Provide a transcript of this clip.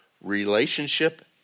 relationship